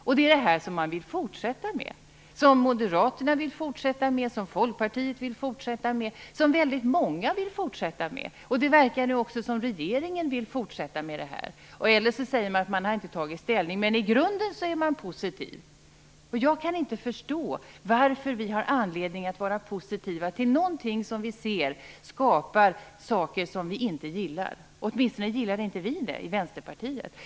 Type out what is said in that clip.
Och det är detta som man vill fortsätta med, som Moderaterna, Folkpartiet och väldigt många vill fortsätta med. Det verkar nu också som att regeringen vill fortsätta med detta. Man säger att man inte har tagit ställning, men i grunden är man positiv. Jag kan inte förstå varför vi har anledning att vara positiva till något som vi ser skapar saker som vi inte gillar. Åtminstone gillar inte vi i Vänsterpartiet det.